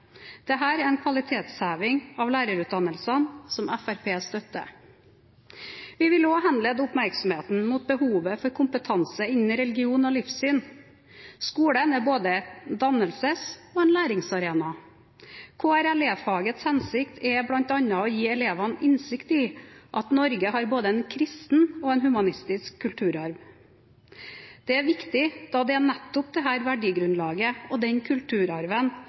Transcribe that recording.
er en kvalitetsheving av lærerutdannelsen som Fremskrittspartiet støtter. Vi vil også henlede oppmerksomheten på behovet for kompetanse innen religion og livssyn. Skolen er både en dannelses- og læringsarena. KRLE-fagets hensikt er bl.a. å gi elevene innsikt i at Norge har både en kristen og en humanistisk kulturarv. Det er viktig, da det er nettopp dette verdigrunnlaget og denne kulturarven